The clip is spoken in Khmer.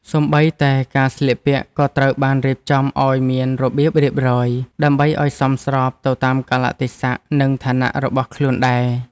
សូម្បីតែការស្លៀកពាក់ក៏ត្រូវបានរៀបចំឱ្យមានរបៀបរៀបរយ ដើម្បីឱ្យសមស្របទៅតាមកាលៈទេសៈ និងឋានៈរបស់ខ្លួនដែរ។